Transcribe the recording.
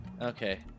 Okay